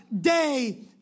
day